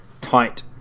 tight